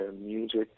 music